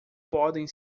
podem